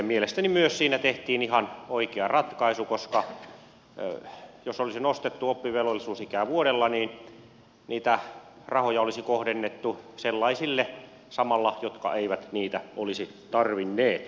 mielestäni myös siinä tehtiin ihan oikea ratkaisu koska jos olisi nostettu oppivelvollisuusikää vuodella niin niitä rahoja olisi samalla kohdennettu sellaisille jotka eivät niitä olisi tarvinneet